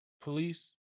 police